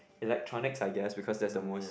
electronics I guess because that's the most